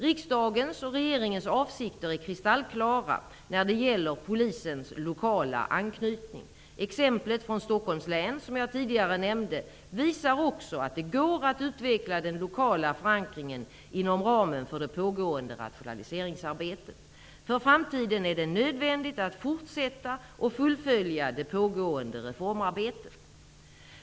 Riksdagens och regeringens avsikter är kristallklara när det gäller polisens lokala anknytning. Exemplet från Stockholms län som jag tidigare nämnde visar också att det går att utveckla den lokala förankringen inom ramen för det pågående rationaliseringsarbetet. För framtiden är det nödvändigt att fortsätta och fullfölja det pågående reformarbetet.